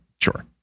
Sure